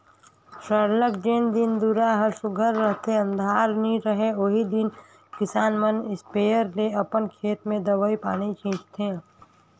सरलग जेन दिन दुरा हर सुग्घर रहथे अंधार नी रहें ओही दिन किसान मन इस्पेयर ले अपन खेत में दवई पानी छींचथें